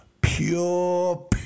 pure